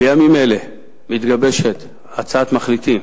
בימים אלה מתגבשת הצעת מחליטים,